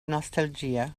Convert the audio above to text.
nostalgia